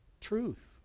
truth